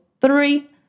three